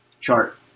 chart